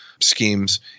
schemes